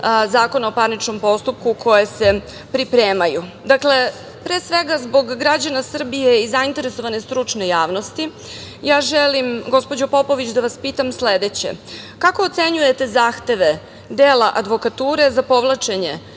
Zakona o parničnom postupku, koje se pripremaju. Dakle, pre svega zbog građana Srbije i zainteresovane stručne javnosti, ja želim gospođo Popović, da vas pitam sledeće – kako ocenjujete zahteve dela advokature za povlačenje